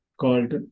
called